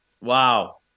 Wow